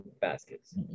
baskets